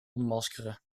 ontmaskeren